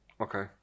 Okay